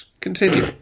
Continue